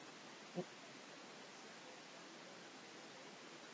mm